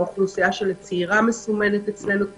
האוכלוסייה הצעירה מסומנת אצלנו.